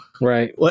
Right